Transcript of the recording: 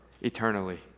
eternally